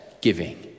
giving